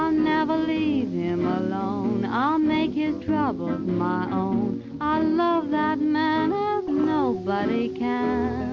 um never leave him alone, i'll make his troubles my own i love that man nobody can